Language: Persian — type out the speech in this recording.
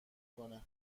کند